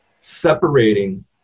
separating